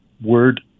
word